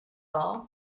all